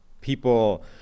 people